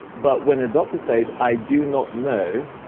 but when a doctor says, i do not know,